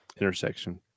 intersection